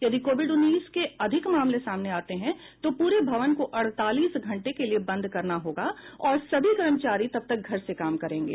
यदि कोविड उन्नीस के अधिक मामले सामने आते हैं तो पूरे भवन को अड़तालीस घंटे के लिए बंद करना होगा और सभी कर्मचारी तब तक घर से काम करेंगे